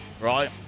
right